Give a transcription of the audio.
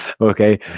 Okay